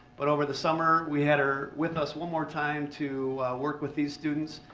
but over the summer, we had her with us one more time to work with these students.